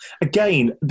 again